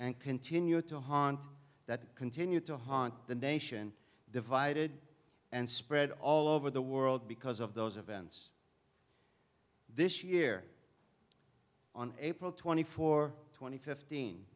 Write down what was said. and continue to haunt that continue to haunt the nation divided and spread all over the world because of those events this year on april twenty four twenty fifteen